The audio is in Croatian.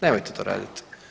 Nemojte to raditi.